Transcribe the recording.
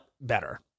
better